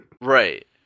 Right